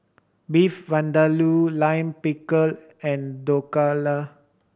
Beef Vindaloo Lime Pickle and Dhokla